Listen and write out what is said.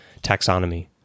taxonomy